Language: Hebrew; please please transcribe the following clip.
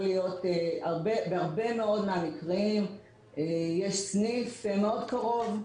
בהרבה מאוד מהמקרים יש סניף מאוד קרוב.